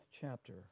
chapter